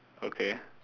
okay